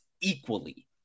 equally